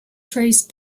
trace